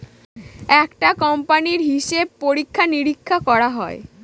একটা কোম্পানির হিসাব পরীক্ষা নিরীক্ষা করা হয়